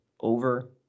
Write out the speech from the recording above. over